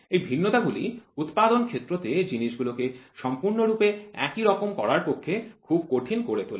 এই ভিন্নতা গুলি উৎপাদন ক্ষেত্র তে জিনিসগুলো কে সম্পূর্ণরূপে একইরকম করার পক্ষে খুব কঠিন করে তোলে